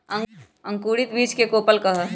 अंकुरित बीज के कोपल कहा हई